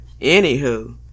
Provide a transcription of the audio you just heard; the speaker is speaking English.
Anywho